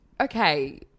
okay